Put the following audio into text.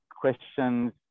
questions